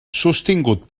sostingut